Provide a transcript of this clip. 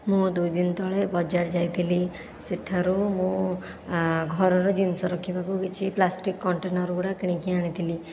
ମୁଁ ଦୁଇଦିନ ତଳେ ବଜାର ଯାଇଥିଲି ସେଠାରୁ ମୁଁ ଘରର ଜିନିଷ ରଖିବାକୁ କିଛି ପ୍ଲାଷ୍ଟିକ କଣ୍ଟେନର ଗୁଡ଼ା କିଣିକି ଆଣିଥିଲି